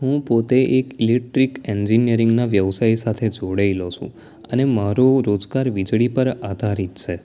હુ પોતે એક ઇલેક્ટ્રિક એન્જીનયરીંગના વ્યવસાય સાથે જોડાયેલો છું અને મારો રોજગાર વીજળી પર આધારિત છે